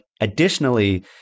additionally